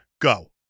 Go